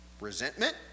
resentment